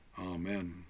Amen